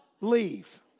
leave